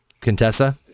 Contessa